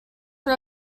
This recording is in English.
row